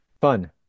Fun